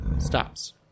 stops